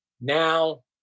Now